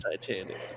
Titanic